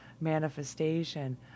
manifestation